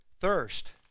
thirst